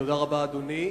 תודה רבה, אדוני.